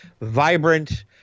vibrant